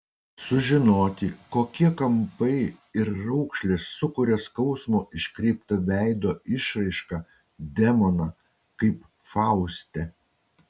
sužinoti kokie kampai ir raukšlės sukuria skausmo iškreiptą veido išraišką demoną kaip fauste